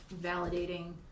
validating